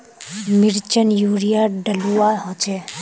मिर्चान यूरिया डलुआ होचे?